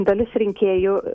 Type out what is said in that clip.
dalis rinkėjų